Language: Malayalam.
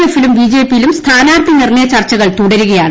എഫിലും ബിജെപിയിലും സ്ഥാനാർത്ഥി നിർണ്ണയ ചർച്ചകൾ തുടരുകയാണ്